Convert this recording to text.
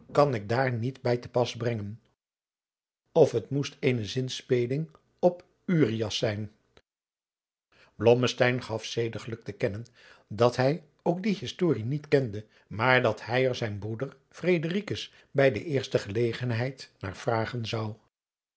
kan ik daar niet bij te pas brengen of het moest eene zinspeling op urias zijn blommesteyn gaf zediglijk te kennen dat hij ook die historie niet kende maar dat hij er zijn broeder fredericus bij de eerste gelegenheid naar vragen zou